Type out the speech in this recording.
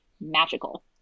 magical